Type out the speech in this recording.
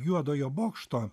juodojo bokšto